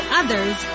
others